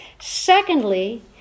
Secondly